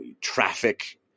traffic